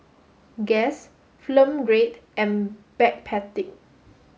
Guess Film Grade and Backpedic